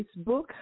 Facebook